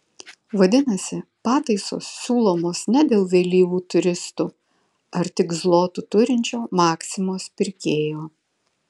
vadinasi pataisos siūlomos ne dėl vėlyvų turistų ar tik zlotų turinčio maksimos pirkėjo